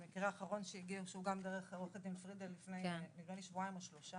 המקרה האחרון שהגיע דרך עו"ד פרידר לפני כשבועיים נדחה